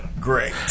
Great